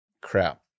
crap